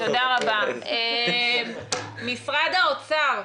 משרד האוצר,